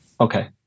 Okay